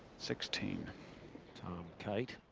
sixteen tom kite.